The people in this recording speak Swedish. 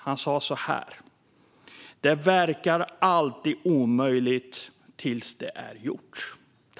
Han sa så här: "Det verkar alltid omöjligt tills det är gjort."